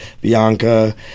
bianca